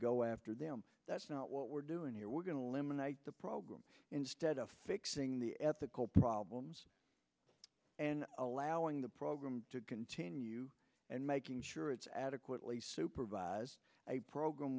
go after them that's not what we're doing here we're going to eliminate the problem instead of fixing the ethical problems and allowing the program to continue and making sure it's adequately supervise a program